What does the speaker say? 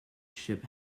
ship